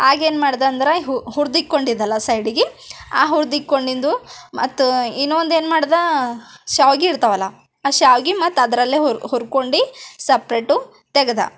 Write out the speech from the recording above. ಆಗೇನು ಮಾಡ್ದಂದ್ರ ಹುರ್ದಿಟ್ಕೊಂಡಿದಲ್ಲಾ ಸೈಡಿಗೆ ಆ ಹುರಿದಿಟ್ಕೊಂಡಿದ್ದು ಮತ್ತು ಇನ್ನೊಂದೇನು ಮಾಡಿದ ಶಾವಿಗೆ ಇರ್ತಾವಲ್ಲ ಆ ಶಾವಿಗೆ ಮತ್ತೆ ಅದರಲ್ಲೇ ಹುರ್ಕೊಂಡು ಸಪ್ರೇಟು ತೆಗೆದ